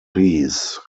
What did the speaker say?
piece